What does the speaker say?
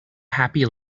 happy